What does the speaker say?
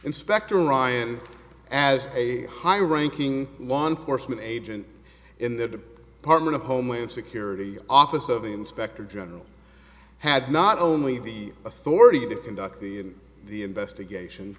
inspector ryan as a high ranking law enforcement agent in the apartment of homeland security office of inspector general had not only the authority to conduct the in the investigation